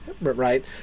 right